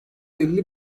elli